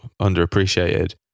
underappreciated